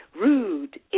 rude